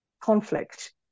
conflict